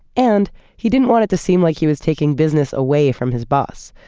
and he didn't want it to seem like he was taking business away from his boss.